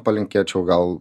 palinkėčiau gal